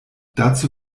dazu